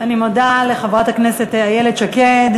אני מודה לחברת הכנסת איילת שקד.